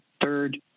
third